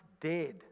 dead